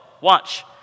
Watch